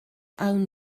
awn